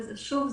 שוב,